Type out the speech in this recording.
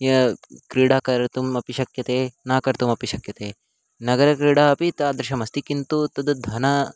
या क्रीडा कर्तुम् अपि शक्यते न कर्तुमपि शक्यते नगरक्रीडा अपि तादृशी अस्ति किन्तु तद् धनं